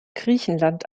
griechenland